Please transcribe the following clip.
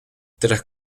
tras